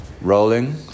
rolling